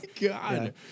God